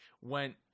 went